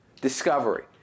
Discovery